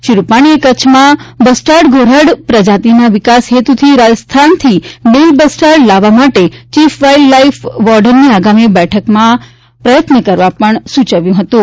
શ્રી રૂપાણીએ કચ્છમાં બસ્ટાર્ડ ઘોરાડની પ્રજાતિના વિકાસ હેતુ રાજસ્થાનથી મેઇલ બસ્ટાર્ડ લાવવા માટે ચીફ વાઇલ્ડ લાઇફ વોર્ડનની આગામી બેઠકમાં પ્રયત્ન પરામર્શ કરવા પણ સૂચવ્યું હતું